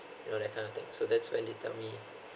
you know that kind of thing so that's when they tell me